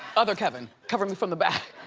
other kevin, cover me from the back.